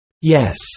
Yes